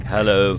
Hello